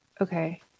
Okay